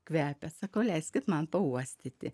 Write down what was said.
kvepia sakau leiskit man pauostyti